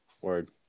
word